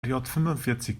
fünfundvierzig